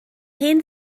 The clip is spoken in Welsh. hen